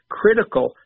critical